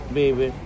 baby